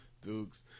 Dukes